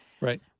Right